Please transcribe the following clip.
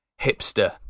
hipster